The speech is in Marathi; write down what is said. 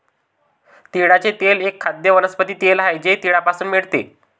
तिळाचे तेल एक खाद्य वनस्पती तेल आहे जे तिळापासून मिळते